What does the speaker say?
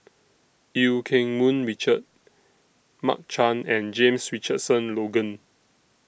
EU Keng Mun Richard Mark Chan and James Richardson Logan